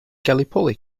gallipoli